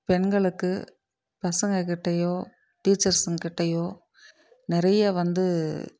பெண்களுக்கு பசங்கக்கிட்டேயோ டீச்சர்ஸுங்கிட்டேயோ நிறைய வந்து